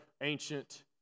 ancient